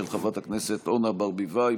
של חברת הכנסת אורנה ברביבאי,